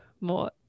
more